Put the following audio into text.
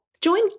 Join